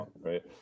right